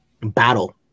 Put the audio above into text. battle